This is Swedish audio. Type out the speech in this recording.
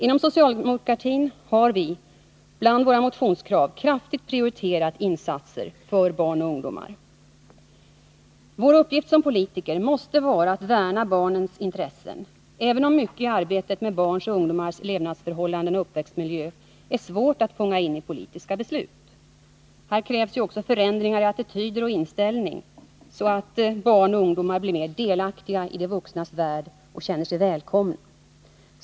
Inom socialdemokratin har vi bland våra motionskrav prioriterat insatser för barn och ungdom. Vår uppgift som politiker måste vara att värna barnens intressen — även om mycket i arbetet med barns och ungdomars levnadsförhållanden och uppväxtmiljö är svårt att fånga i politiska beslut. Här krävs också förändringar i attityder och inställning, så att barn och ungdomar blir mer delaktiga i de vuxnas värld och känner sig välkomna.